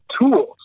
tools